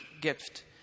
gift